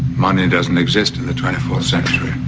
money doesn't exist in the twenty fourth century.